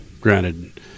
granted